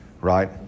Right